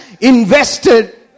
invested